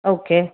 okay